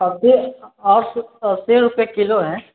अस्सी अस अस्सी रुपिए किलो है